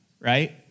right